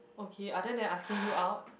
okay other then asking you out